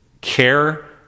care